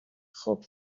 خوب